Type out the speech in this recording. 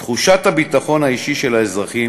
תחושת הביטחון האישי של האזרחים